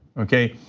okay?